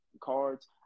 cards